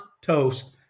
toast